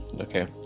Okay